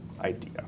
idea